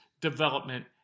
development